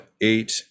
eight